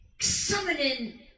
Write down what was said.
summoning